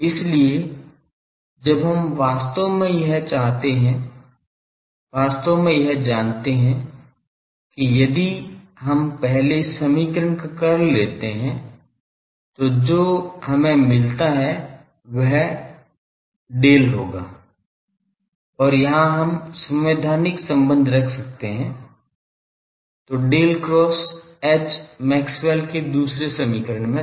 इसलिए जब हम वास्तव में यह जानते हैं कि यदि हम पहले समीकरण का कर्ल लेते हैं तो जो हमें मिलता है वह Δ होगा और यहाँ हम संवैधानिक संबंध रख सकते हैं तो Δ क्रॉस H मैक्सवेल के दूसरे समीकरण में था